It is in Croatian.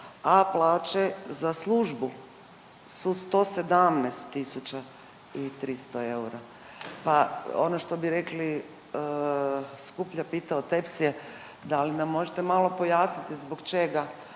a plaće za službu su 117.300 eura, pa ono što bi rekli skuplja pita od tepsije, da li nam možete malo pojasniti zbog čega